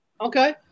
okay